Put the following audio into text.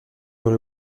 dans